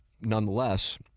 Nonetheless